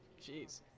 Jeez